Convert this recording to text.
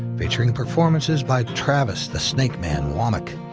featuring performances by travis the snakeman wammack,